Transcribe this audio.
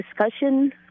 discussion